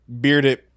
bearded